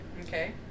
Okay